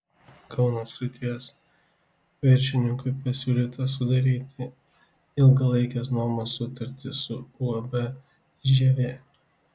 kauno apskrities viršininkui pasiūlyta sudaryti ilgalaikės nuomos sutartį su uab žievė